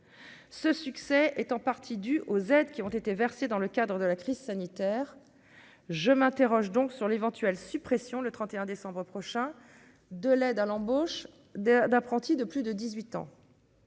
ce succès est en partie due aux aides qui ont été versées dans le cadre de la crise sanitaire, je m'interroge donc sur l'éventuelle suppression le 31 décembre prochain de l'aide à l'embauche d'apprentis de plus de 18 ans.